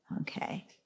Okay